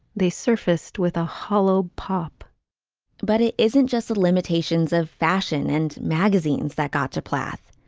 they surfaced with a hollow pop but it isn't just the limitations of fashion and magazines that got to plath.